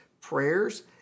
prayers